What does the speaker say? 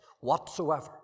whatsoever